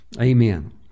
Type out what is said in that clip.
Amen